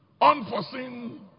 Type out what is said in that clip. Unforeseen